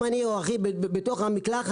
אם אני או אחי היינו בתוך המקלחת